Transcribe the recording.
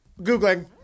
Googling